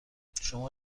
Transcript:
شما